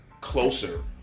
closer